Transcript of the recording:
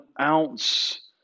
ounce